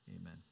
Amen